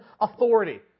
authority